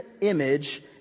image